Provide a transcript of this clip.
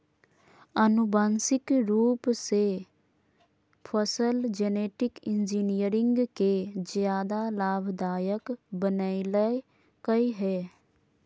आनुवांशिक रूप से फसल जेनेटिक इंजीनियरिंग के ज्यादा लाभदायक बनैयलकय हें